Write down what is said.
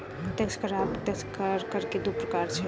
प्रत्यक्ष कर आ अप्रत्यक्ष कर, कर के दू प्रकार छै